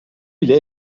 bile